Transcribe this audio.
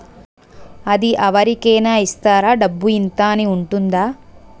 అది అవరి కేనా ఇస్తారా? డబ్బు ఇంత అని ఉంటుందా?